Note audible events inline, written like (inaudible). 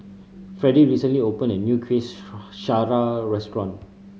Freddie recently opened a new kuih (unintelligible) syara restaurant